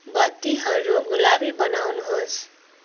बत्तीहरू गुलाबी बनाउनुहोस्